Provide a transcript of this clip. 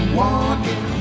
walking